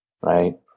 right